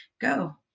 Go